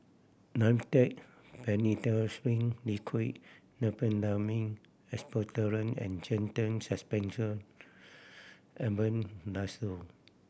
Dimetapp Phenylephrine Liquid Diphenhydramine Expectorant and Zental Suspension Albendazole